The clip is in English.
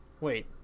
wait